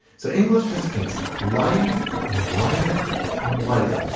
so english just gets lighter and lighter and lighter.